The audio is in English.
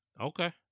Okay